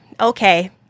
okay